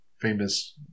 Famous